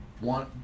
one